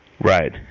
Right